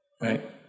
right